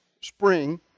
spring